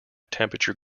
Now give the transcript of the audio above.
temperature